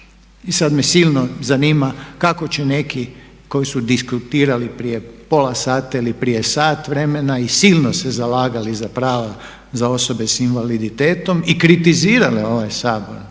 I sad me silno zanima kako će neki koji su diskutirali prije pola sata ili prije sat vremena i silno se zalagali za prava za osobe s invaliditetom i kritizirale ovaj Sabor